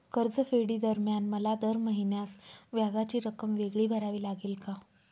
कर्जफेडीदरम्यान मला दर महिन्यास व्याजाची रक्कम वेगळी भरावी लागेल का?